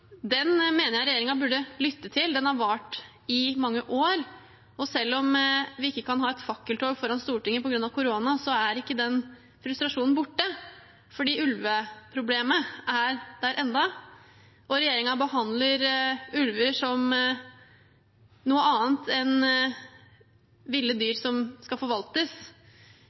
mener jeg regjeringen burde lytte til. Den har vart i mange år, og selv om vi, på grunn av korona, ikke kan ha fakkeltog foran Stortinget, er ikke den frustrasjonen borte. For ulveproblemet er der ennå, og regjeringen behandler ulver som noe annet enn ville dyr som skal forvaltes.